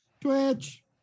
Twitch